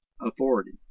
authority